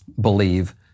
believe